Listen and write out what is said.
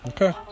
Okay